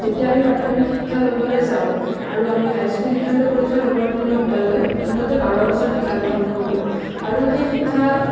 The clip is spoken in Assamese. যেতিয়া আমি প্ৰাথমিক শিক্ষা লবলৈ যাওঁ আৰু আমি হাইস্কুল শিক্ষান্ত পৰীক্ষাত অৱতীৰ্ণ হোৱালৈ মুঠতে বাৰ বছৰ শিক্ষা গ্ৰহণ কৰোঁ আৰু সেই শিক্ষা